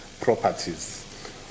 properties